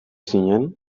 zinen